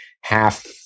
half